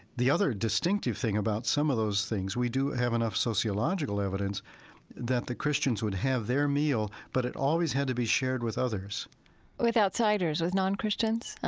the other distinctive thing about some of those things we do have enough sociological evidence that the christians would have their meal, but it always had to be shared with others with outsiders. with non-christians?